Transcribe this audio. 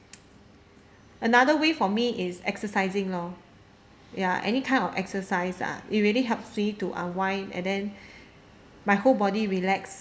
another way for me is exercising lor ya any kind of exercise ah it really helps me to unwind and then my whole body relax